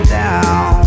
down